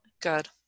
good